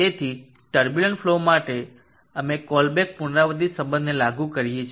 તેથી turbulent flow માટે અમે આ કોલબ્રુક પુનરાવર્તિત સંબંધને લાગુ કરીએ છીએ